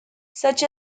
such